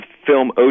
Film